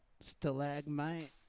stalagmite